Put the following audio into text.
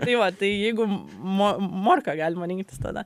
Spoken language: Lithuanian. tai va tai jeigu mo morką galima rinktis tada